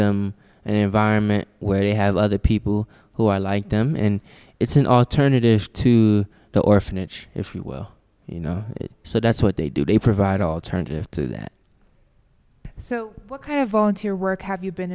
them an environment where they have other people who are like them and it's an alternative to the orphanage if you will you know so that's what they do they provide alternative to that so what kind of volunteer work have you been